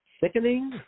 sickening